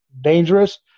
dangerous